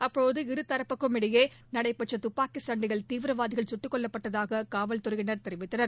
அப்போது இருதரப்புக்கும் இடையே நடைபெற்ற துப்பாக்கி சண்டையில் இந்த தீவிரவாதி சுட்டுக் கொல்லப்பட்தாக காவல்துறையினர் தெரிவித்தனர்